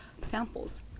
samples